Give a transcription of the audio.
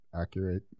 accurate